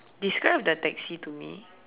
describe the taxi to me